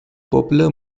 popular